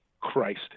Christ